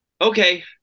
okay